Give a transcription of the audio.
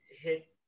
hit